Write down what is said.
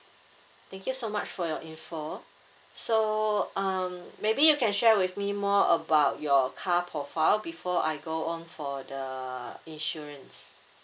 thank you so much for your information so um maybe you can share with me more about your car profile before I go on for the insurance